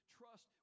trust